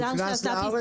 נכנס לארץ?